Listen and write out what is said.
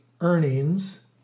earnings